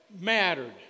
mattered